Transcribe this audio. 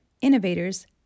innovators